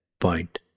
point